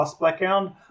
background